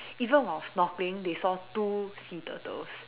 even while snorkeling they saw two sea turtles